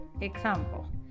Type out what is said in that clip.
Example